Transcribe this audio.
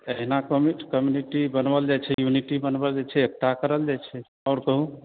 अहिना कम्यूनिटी बनाओल जाइत छै युनिटी बनबयके छै एकता कयल जाइत छै आओर कहू